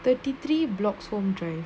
thirty three bloxhome drive